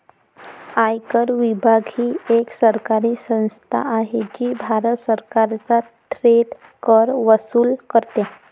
आयकर विभाग ही एक सरकारी संस्था आहे जी भारत सरकारचा थेट कर वसूल करते